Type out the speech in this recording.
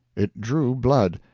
it drew blood.